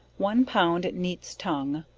one pound neat's tongue,